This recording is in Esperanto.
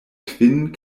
kvin